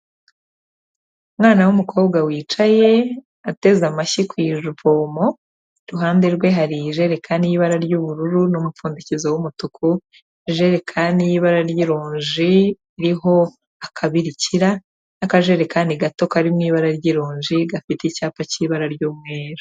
Mwana w'umukobwa wicaye, ateze amashyi ku ijipo omo, iruhande rwe hari ijerekani y'ibara ry'ubururu n'umupfundikizo w'umutuku, ijerekani y'ibara ry'ironji riho akabirikira, n'akajerekani gato kari mu ibara ry'ironji gafite icyapa cy'ibara ry'umweru.